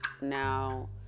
Now